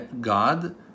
God